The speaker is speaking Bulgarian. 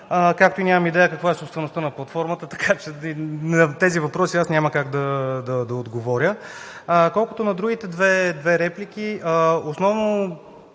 както и нямам идея каква е собствеността на платформата. На тези въпроси няма как да отговоря. Колкото до другите две реплики, основно